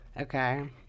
okay